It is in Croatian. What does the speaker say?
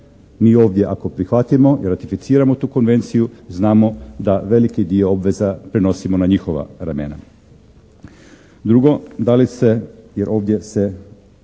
Mi ovdje ako prihvatimo i ratificiramo tu konvenciju znamo da veliki broj obveza prenosimo na njihova ramena. Drugo, da li se jer ovdje se